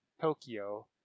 Tokyo